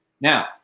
Now